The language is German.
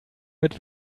mit